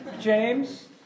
James